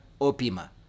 Opima